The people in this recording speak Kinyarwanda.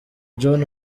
john